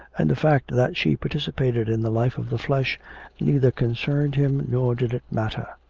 and the fact that she participated in the life of the flesh neither concerned him nor did it matter.